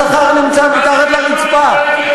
השכר מתחת לרצפה,